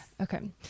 Okay